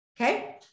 okay